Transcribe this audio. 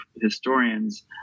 historians